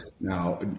Now